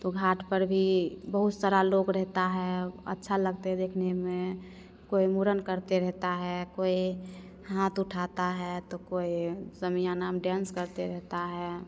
तो घाट पर भी बहुत सारा लोग रहता है अच्छा लगते है देखने में कोई मूड़न करते रहता है कोई हाथ उठाता है तो कोई शामियाना में डांस करते रहता है